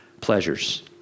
pleasures